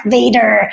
Vader